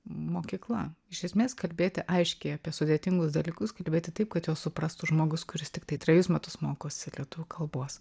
mokykla iš esmės kalbėti aiškiai apie sudėtingus dalykus kalbėti taip kad juos suprastų žmogus kuris tiktai trejus metus mokosi lietuvių kalbos